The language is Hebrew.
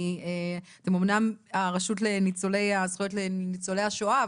אתם אומנם הרשות לזכויות לניצולי השואה,